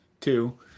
two